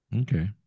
Okay